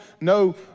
No